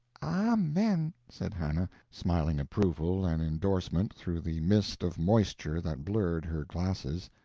amen, said hannah, smiling approval and endorsement through the mist of moisture that blurred her glasses.